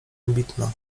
ambitna